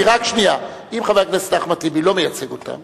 לא מייצג אותם